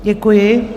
Děkuji.